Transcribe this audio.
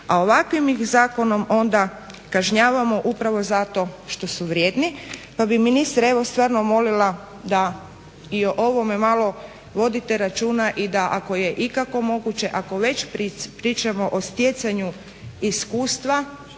a ovakvim ih zakonom kažnjavamo upravo zato što su vrijedni. Pa bih ministre evo stvarno molila da i o ovome malo vodite računa i da ako je ikako moguće ako već pričamo o stjecanju iskustva